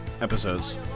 episodes